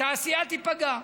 התעשייה תיפגע.